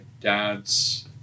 dad's